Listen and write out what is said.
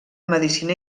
medicina